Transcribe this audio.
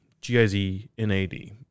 G-I-Z-N-A-D